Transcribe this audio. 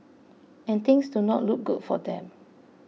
and things do not look good for them